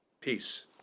Peace